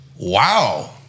wow